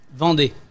Vendée